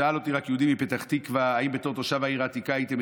שאל אותי יהודי מפתח תקווה: האם בתור תושב העיר העתיקה הייתם